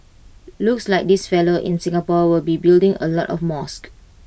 looks like this fellow in Singapore will be building A lot of mosques